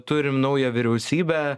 turime naują vyriausybę